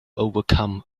overcome